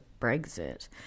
Brexit